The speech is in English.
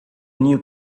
new